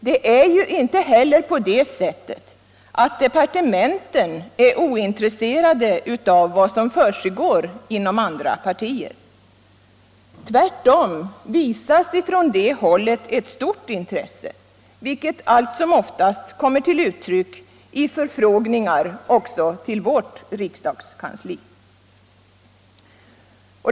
Det är ju inte heller så att departementen är ointresserade av vad som försiggår inom olika partier. Tvärtom visas från det hållet ett stort intresse, vilket allt som oftast kommer till uttryck i förfrågningar även till vårt riksdagskansli.